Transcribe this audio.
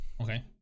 Okay